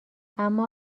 اما